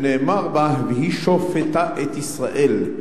שנאמר בה: "והיא שֹפטה את ישראל",